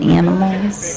animals